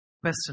Question